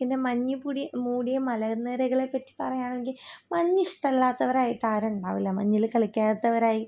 പിന്നെ മഞ്ഞിപ്പൂടി മൂടിയ മലനിരകളെ പറ്റി പറയാണെങ്കിൽ മഞ്ഞിഷ്ടമില്ലാത്തവരായിട്ട് ആരുണ്ടാകില്ല മഞ്ഞിൽ കളിക്കാത്തവരായി